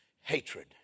hatred